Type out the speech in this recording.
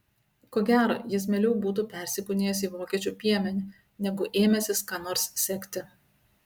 ko gero jis mieliau būtų persikūnijęs į vokiečių piemenį negu ėmęsis ką nors sekti